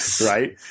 Right